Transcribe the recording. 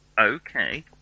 Okay